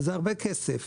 זה הרבה כסף.